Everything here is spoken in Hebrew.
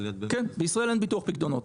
כן, בישראל אין ביטוח פקדונות.